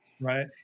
right